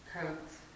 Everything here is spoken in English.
coats